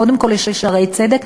קודם כול ל"שערי צדק",